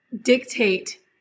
dictate